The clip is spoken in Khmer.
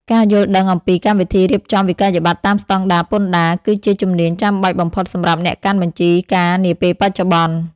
ការយល់ដឹងអំពីកម្មវិធីរៀបចំវិក្កយបត្រតាមស្តង់ដារពន្ធដារ គឺជាជំនាញចាំបាច់បំផុតសម្រាប់អ្នកកាន់បញ្ជីការនាពេលបច្ចុប្បន្ន។